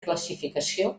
classificació